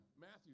Matthew